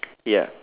ya